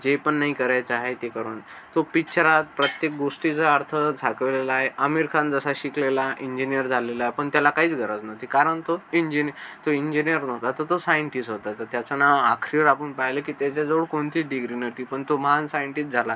जे पण नाही करायचं आहे ते करून तो पिच्चर आज प्रत्येक गोष्टीचा अर्थ झाकळलेला आहे आमिर खान जसा शिकलेला इंजिनियर झालेला पण त्याला काहीच गरज नव्हती कारण तो इंजिनी तो इंजिनियर नव्हता तर तो साइंटिस होता तर त्याचं नाव अक्षर आपण पाहिलं की त्याच्याजवळ कोणती डिग्री नव्हती पण तो महान सायंटिस झाला